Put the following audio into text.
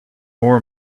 more